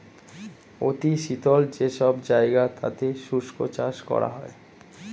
অতি শীতল যে সব জায়গা তাতে শুষ্ক চাষ করা হয়